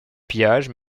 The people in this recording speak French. pillage